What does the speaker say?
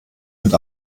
mit